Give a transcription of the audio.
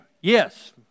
yes